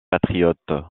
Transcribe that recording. patriote